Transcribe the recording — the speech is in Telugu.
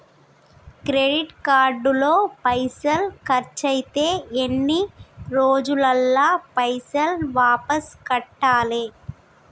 క్రెడిట్ కార్డు లో పైసల్ ఖర్చయితే ఎన్ని రోజులల్ల పైసల్ వాపస్ కట్టాలే?